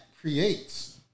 creates